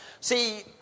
See